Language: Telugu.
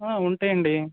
ఉంటాయండి